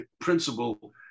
principle